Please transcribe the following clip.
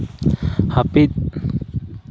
ᱦᱟᱹᱯᱤᱫ